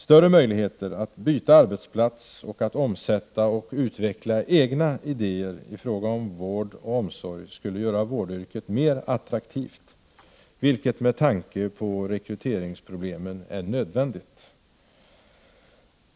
Större möjligheter att byta arbetsplats och att omsätta och utveckla egna idéer i fråga om vård och omsorg skulle göra vårdyrket mer attraktivt, vilket med tanke på rekryteringsproblemen är nödvändigt.